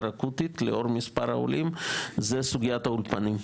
אקוטית לאור מספר העולים זה סוגיית האולפנים.